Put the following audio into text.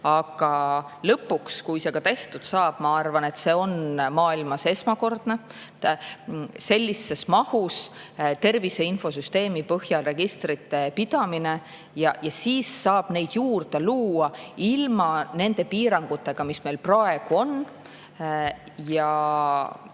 Aga lõpuks, kui see tehtud saab, siis minu arvates see on maailmas esmakordne – sellises mahus tervise infosüsteemi põhjal registrite pidamine. Ja siis saab neid juurde luua ilma nende piiranguteta, mis meil praegu on.